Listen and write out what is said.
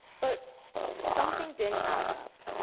but something didn't add up.